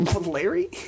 Larry